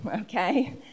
okay